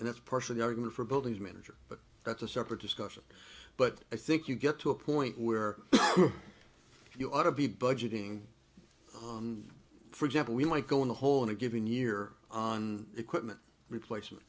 that's partially the argument for building manager but that's a separate discussion but i think you get to a point where you ought to be budgeting for example we might go in the hole in a given year on equipment replacement